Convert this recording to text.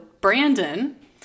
Brandon